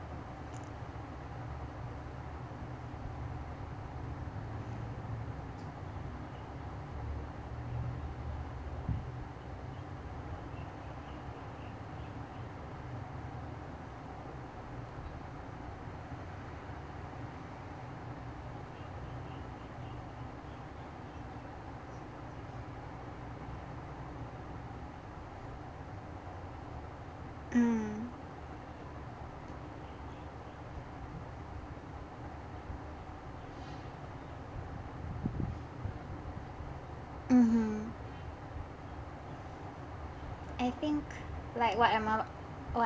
mm mmhmm I think like what am I what